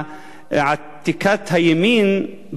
עתיקת היומין,